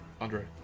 Andre